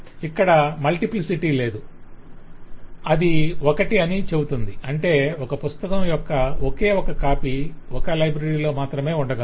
ఇక్కడ మల్టిప్లిసిటీ లేదు అది ఒకటి అని చెబుతుంది అంటే ఒక పుస్తకం యొక్క ఒకే ఒక కాపీ ఒక లైబ్రరీలో మాత్రమే ఉండగలదు